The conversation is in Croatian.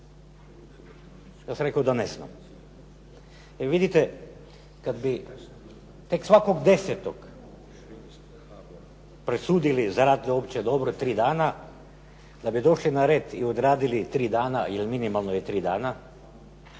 Ja sam rekao da ne znam.